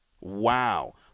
Wow